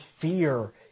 fear